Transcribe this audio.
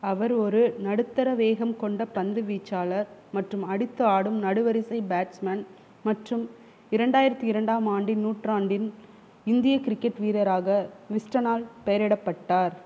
அவர் ஒரு நடுத்தர வேகம் கொண்ட பந்துவீச்சாளர் மற்றும் அடித்து ஆடும் நடுவரிசை பேட்ஸ்மேன் மற்றும் இரண்டாயிரத்து இரண்டாம் ஆண்டில் நூற்றாண்டின் இந்திய கிரிக்கெட் வீரராக விஸ்டனால் பெயரிடப்பட்டார்